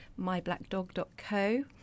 myblackdog.co